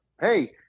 Hey